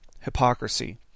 hypocrisy